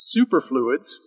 superfluids